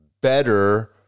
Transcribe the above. better